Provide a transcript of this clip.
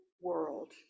world